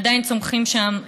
ועדיין צומחים שם,